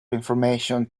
information